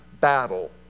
battle